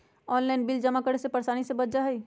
Online bill जमा करे से परेशानी से बच जाहई?